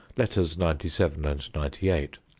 letters ninety seven and ninety eight.